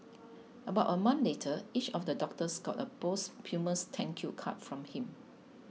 about a month later each of the doctors got a posthumous thank you card from him